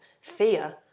fear